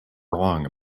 wrong